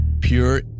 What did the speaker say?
Pure